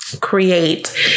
create